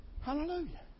Hallelujah